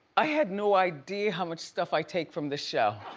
i had no idea how much stuff i take from this show.